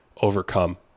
overcome